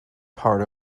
part